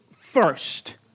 first